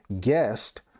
guest